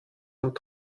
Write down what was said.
und